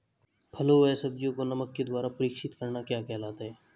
फलों व सब्जियों को नमक के द्वारा परीक्षित करना क्या कहलाता है?